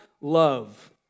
love